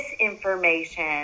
misinformation